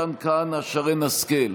מתן כהנא ושרן השכל,